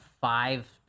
five